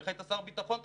איך היית שר ביטחון תחתיו?